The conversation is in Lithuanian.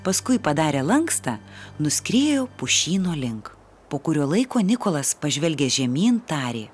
paskui padarę lankstą nuskriejo pušyno link po kurio laiko nikolas pažvelgęs žemyn tarė